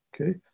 Okay